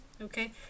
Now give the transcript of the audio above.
okay